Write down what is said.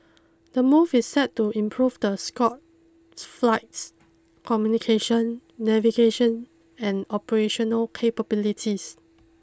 the move is set to improve the Scoot's flight's communication navigation and operational capabilities